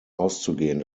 auszugehen